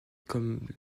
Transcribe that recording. comme